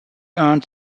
earned